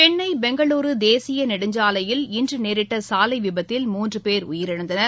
சென்னை பெங்களூரு தேசிய நெடுஞ்சலையில் இன்று நேரிட்ட சாலை விபத்தில் மூன்று பேர் உயிரிழந்தனர்